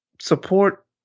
support